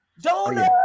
donor